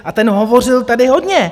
A ten hovořil tady hodně.